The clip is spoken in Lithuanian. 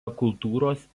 kultūros